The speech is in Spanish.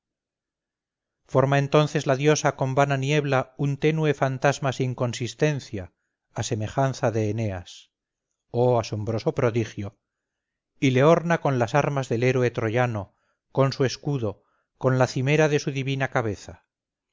forma entonces la diosa con vana niebla un tenue fantasma sin consistencia a semejanza de eneas oh asombroso prodigio y le orna con las armas del héroe troyano con su escudo con la cimera de su divina cabeza